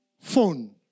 phone